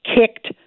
kicked